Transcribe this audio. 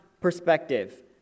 perspective